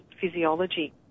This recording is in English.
physiology